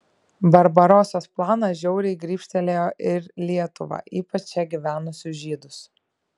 barbarosos planas žiauriai grybštelėjo ir lietuvą ypač čia gyvenusius žydus